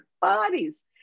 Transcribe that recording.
bodies